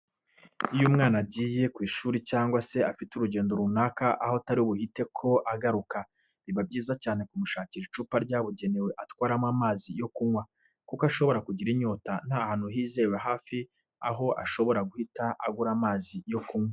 Iyo umwana agiye ku ishuri cyangwa se afite urugendo runaka aho atari buhite ko agaruka, biba byiza cyane kumushakira icupa ryabugenewe atwaramo amazi yo kunywa, kuko ashobora kugira inyota nta hantu hizewe hafi aho ushobora guhita ugura amazi yo kunywa.